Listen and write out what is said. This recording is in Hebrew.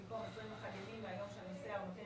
במקום "21 ימים מהיום שהנוסע או נותן